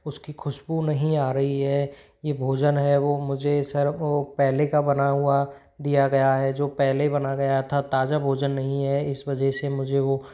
उसकी खुशबू नहीं आ रही है ये भोजन है वो मुझे सर वो पहले का बना हुआ दिया गया है जो पहले बना गया था ताज़ा भोजन नहीं है इस वजह से मुझे वो